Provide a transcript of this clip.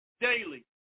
daily